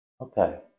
Okay